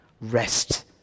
Rest